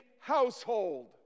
household